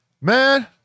man